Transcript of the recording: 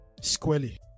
squarely